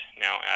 now